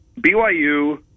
BYU